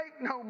no